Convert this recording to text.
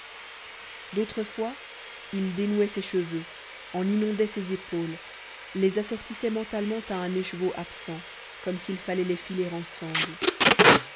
fois il dénouait ses cheveux en inondait ses épaules les assortissait mentalement à un écheveau absent comme s'il fallait les filer ensemble